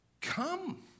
Come